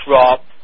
Drop